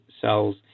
cells